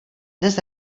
dnes